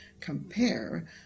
compare